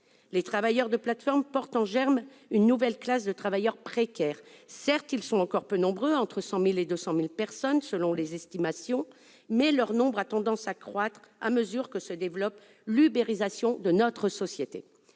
Les travailleurs de plateformes portent en germe une nouvelle classe de travailleurs précaires. Certes, ils sont encore peu nombreux- entre 100 000 et 200 000 personnes, selon les estimations -, mais leur nombre a tendance à croître à mesure que se développe l'« ubérisation » de notre société.